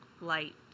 light